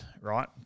right